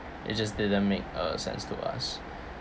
it just didn't make uh sense to us